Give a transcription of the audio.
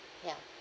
ya